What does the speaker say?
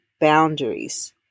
boundaries